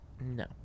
no